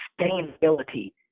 sustainability